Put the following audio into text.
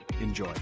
Enjoy